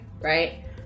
right